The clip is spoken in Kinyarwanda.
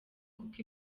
kuko